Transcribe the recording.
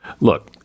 Look